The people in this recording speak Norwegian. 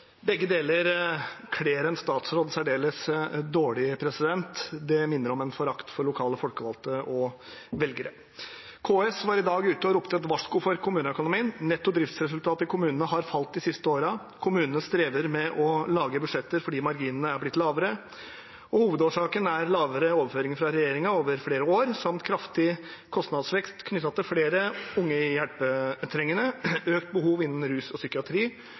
Begge deler kler en statsråd særdeles dårlig. Det minner om en forakt for lokale folkevalgte og velgere. KS var i dag ute og ropte et varsko om kommuneøkonomien. Netto driftsresultat for kommunene har falt de siste årene. Kommunene strever med å lage budsjetter fordi marginene er blitt lavere. Hovedårsaken er lavere overføringer fra regjeringen over flere år samt kraftig kostnadsvekst knyttet til flere unge hjelpetrengende, økt behov innenfor rus og psykiatri,